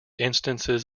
instances